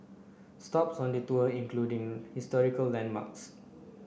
stops on the tour including historical landmarks